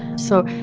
so,